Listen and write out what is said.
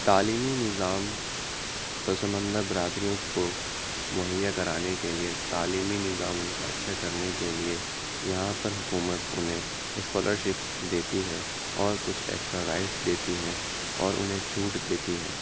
تعلیمی نظام پسماندہ برادریوں کو مہیا کرانے کے لیے تعلیمی نظام ان کا اچھا کرنے کے لیے یہاں پر حکومت انہیں اسکالرشپس دیتی ہے اور کچھ ایکسٹرا رائٹس دیتی ہیں اور انہیں چھوٹ دیتی ہے